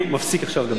אני מפסיק עכשיו לדבר.